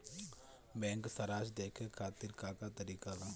Bank सराश देखे खातिर का का तरीका बा?